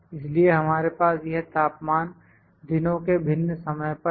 इसलिए हमारे पास यह तापमान दिनों के भिन्न समय पर हैं